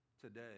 today